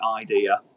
idea